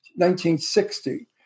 1960